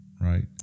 right